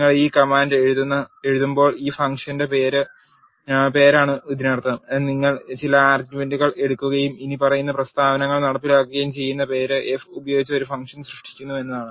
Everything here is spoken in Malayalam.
നിങ്ങൾ ഈ കമാൻഡ് എഴുതുമ്പോൾ ഈ ഫംഗ്ഷന്റെ പേരാണ് ഇതിനർത്ഥം നിങ്ങൾ ചില ആർഗ്യുമെന്റുകൾ എടുക്കുകയും ഇനിപ്പറയുന്ന പ്രസ്താവനകൾ നടപ്പിലാക്കുകയും ചെയ്യുന്ന പേര് f ഉപയോഗിച്ച് ഒരു ഫംഗ്ഷൻ സൃഷ്ടിക്കുന്നു എന്നാണ്